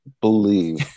believe